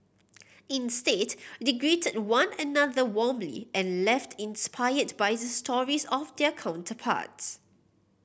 instead they greeted one another warmly and left inspired by the stories of their counterparts